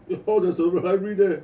ya hor there's a library there